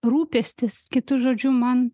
rūpestis kitu žodžiu man